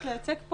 העסקים.